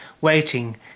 waiting